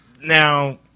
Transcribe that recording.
Now